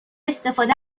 استفاده